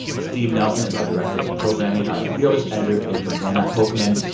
steve nelson is our director of programming. our fearless editor is jordana hochman.